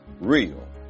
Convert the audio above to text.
real